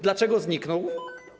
Dlaczego zniknął?